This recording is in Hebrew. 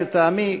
לטעמי,